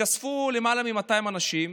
התאספו למעלה מ-200 אנשים